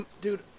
Dude